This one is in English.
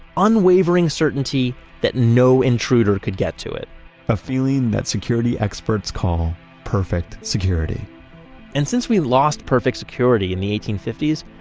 unwavering certainty that no intruder could get to it a feeling that security experts call perfect security and since we lost perfect security in the eighteen fifty s,